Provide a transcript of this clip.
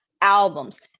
albums